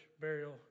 burial